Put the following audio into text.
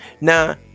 now